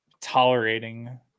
tolerating